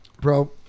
Bro